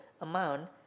amount